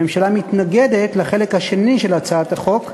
הממשלה מתנגדת לחלק השני של הצעת החוק,